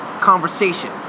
Conversation